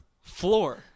floor